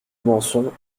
manson